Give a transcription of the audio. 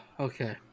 Okay